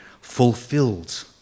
fulfilled